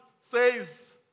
says